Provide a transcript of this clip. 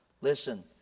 listen